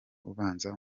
ubanza